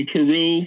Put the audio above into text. Peru